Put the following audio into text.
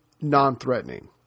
non-threatening